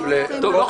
שהחשוד לא ידוע,